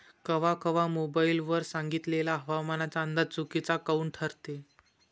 कवा कवा मोबाईल वर सांगितलेला हवामानाचा अंदाज चुकीचा काऊन ठरते?